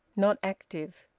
not active.